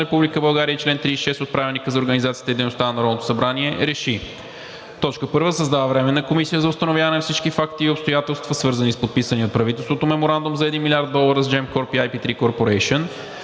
Република България и чл. 36 от Правилника за организацията и дейността на Народното събрание РЕШИ: 1. Създава Временна комисия за установяване на всички факти и обстоятелства, свързани с подписания от правителството меморандум за 1 млрд. долара с Gеmcorp и IP3 Corporation.